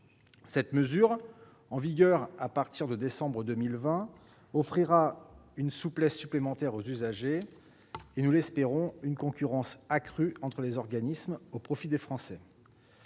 cette mesure, qui entrera en vigueur en décembre 2020, offrira une souplesse supplémentaire aux usagers et, nous l'espérons, une concurrence accrue entre les organismes au profit des Français.